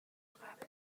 قبل